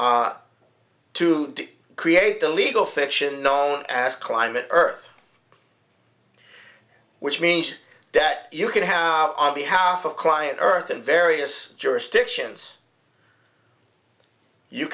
two to create the legal fiction known as climate earth which means that you can have on behalf of a client earth in various jurisdictions you